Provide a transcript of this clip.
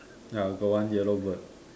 ya got one yellow bird